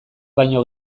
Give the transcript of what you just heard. baino